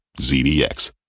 ZDX